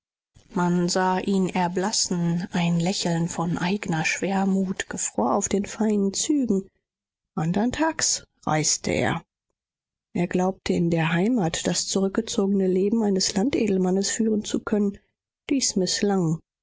man sah ihn erblassen ein lächeln von eigner schwermut gefror auf den feinen zügen andern tags reiste er er glaubte in der heimat das zurückgezogene leben eines landedelmannes führen zu können dies mißlang